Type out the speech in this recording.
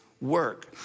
work